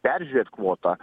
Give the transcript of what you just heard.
peržiūrėt kvotą